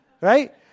right